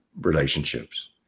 relationships